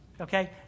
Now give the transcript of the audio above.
Okay